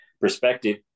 perspective